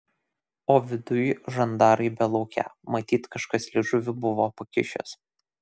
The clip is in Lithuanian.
o viduj žandarai belaukią matyt kažkas liežuvį buvo pakišęs